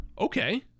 okay